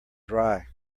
dry